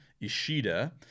Ishida